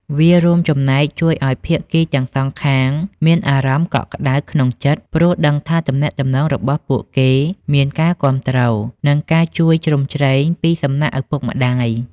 វារួមចំណែកជួយឱ្យភាគីទាំងសងខាងមានអារម្មណ៍កក់ក្ដៅក្នុងចិត្ត ព្រោះដឹងថាទំនាក់ទំនងរបស់ពួកគេមានការគាំទ្រ និងការជួយជ្រោមជ្រែងពីសំណាក់ឪពុកម្ដាយ។